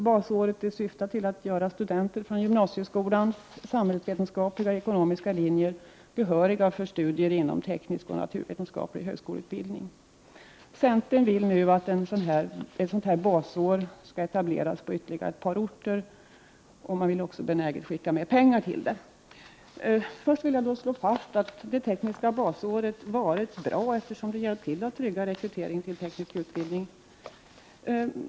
Basåret syftar till att göra studenter från gymnasieskolans samhällsvetenskapliga och ekonomiska linjer behöriga för studier inom teknisk och naturvetenskaplig högskoleutbildning. Centern vill nu att ett sådant basår skall etableras på ytterligare ett par orter, och man vill också Prot. 1988/89:120 benäget skicka med pengar till det. 24 maj 1989 Jag vill först och främst slå fast att detta tekniska basår har varit bra, Anas tLdbUdRing > eftersom det hjälpt till att trygga rekryteringen till teknisk utbildning.